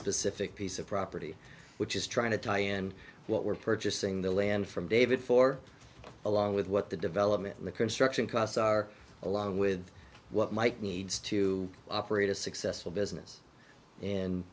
specific piece of property which is trying to tie in what we're purchasing the land from david for along with what the development in the construction costs are along with what might needs to operate a successful business and